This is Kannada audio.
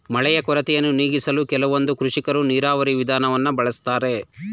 ಮಳೆಯ ಕೊರತೆಯನ್ನು ನೀಗಿಸಲು ಕೆಲವೊಂದು ಕೃಷಿಕರು ನೀರಾವರಿ ವಿಧಾನವನ್ನು ಬಳಸ್ತಾರೆ